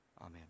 amen